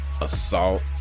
assault